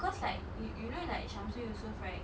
cause like you you know like Syamsul Yusof right